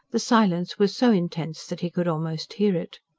the silence was so intense that he could almost hear it.